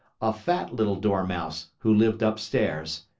a fat little dormouse, who lived upstairs.